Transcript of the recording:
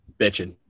bitching